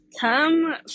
Come